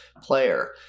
player